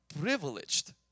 privileged